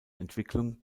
entwicklung